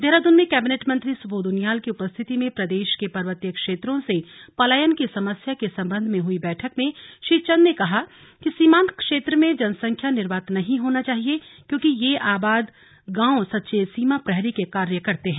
देहरादून में कैबिनेट मंत्री सुबोध उनियाल की उपस्थिति में प्रदेश के पर्वतीय क्षेत्रों से पलायन की समस्या के संबंध में हुई बैठक में श्री चंद ने कहा कि सीमान्त क्षेत्र में जनसंख्या निर्वात नहीं होना चाहिये क्योंकि ये आबाद गांव सच्चे सीमा प्रहरी का कार्य करते हैं